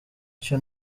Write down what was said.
icyo